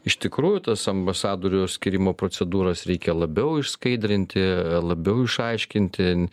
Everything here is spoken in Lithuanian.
iš tikrųjų tas ambasadorių skyrimo procedūras reikia labiau išskaidrinti labiau išaiškinti